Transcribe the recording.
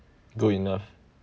good enough